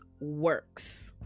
works